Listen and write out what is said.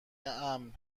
امن